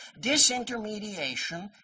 Disintermediation